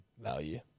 value